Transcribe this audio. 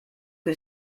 que